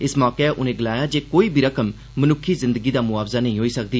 इस मौके उनें गलाया जे कोई बी रकम मनुक्खी जिंदगी दा मुआवजा नेईं होई सकदी